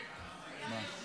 שעה,